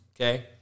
Okay